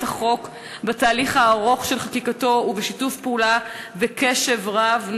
החוק בתהליך הארוך של חקיקתו ובשיתוף פעולה וקשב רב,